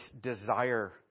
desire